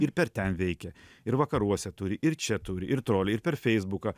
ir per ten veikia ir vakaruose turi ir čia turi ir troliai ir per feisbuką